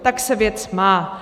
Tak se věc má.